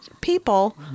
people